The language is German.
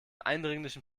eindringlichen